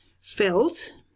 felt